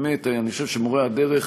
באמת, אני חושב שמורי הדרך,